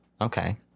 okay